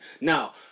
now